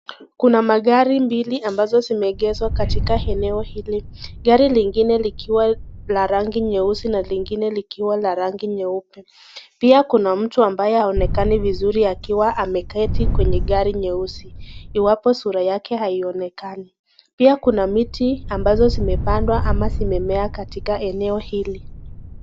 Kuna magari mbili ambazo zimeegeshwa katika eneo hili, Gari lingine likiwa la rangi nyeusi na lingine likiwa la rangi nyeupe pia Kuna mtu ambaye hainekani vizuri akiwa ameketi kwenye gari nyeusi iwapo sura yake haionekani, pia Kuna miti ambazo zimepandwa ama zimemea katika eneo hili